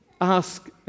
Ask